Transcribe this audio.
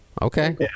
Okay